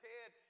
Ted